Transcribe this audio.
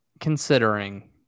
considering